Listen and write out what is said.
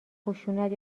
خشونت